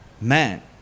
man